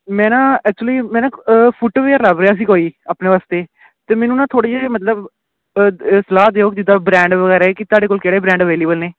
ਮੈਂ ਨਾ ਐਕਚੁਲੀ ਮੈਂ ਨਾ ਫੁੱਟਵੇਅਰ ਲੱਭ ਰਿਹਾ ਸੀ ਕੋਈ ਆਪਣੇ ਵਾਸਤੇ ਅਤੇ ਮੈਨੂੰ ਨਾ ਥੋੜ੍ਹੇ ਜਿਹੇ ਮਤਲਬ ਸਲਾਹ ਦਿਓ ਜਿੱਦਾਂ ਬ੍ਰੈਂਡ ਵਗੈਰਾ ਕੀ ਤੁਹਾਡੇ ਕੋਲ ਕਿਹੜੇ ਬ੍ਰੈਂਡ ਅਵੇਲੇਬਲ ਨੇ